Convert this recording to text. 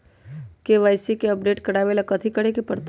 KYC के update करवावेला कथि करें के परतई?